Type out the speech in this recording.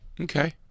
Okay